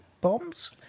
bombs